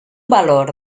valor